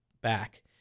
back